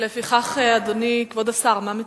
לפיכך, אדוני כבוד השר, מה מציע?